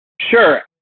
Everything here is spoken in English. sure